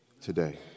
today